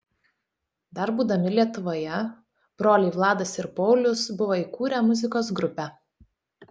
dar būdami lietuvoje broliai vladas ir paulius buvo įkūrę muzikos grupę